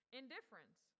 indifference